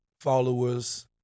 followers